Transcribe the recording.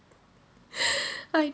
I